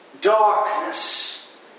darkness